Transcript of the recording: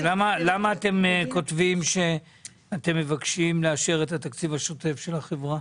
למה אתם כותבים שאתם מבקשים לאשר את התקציב השוטף של החברה?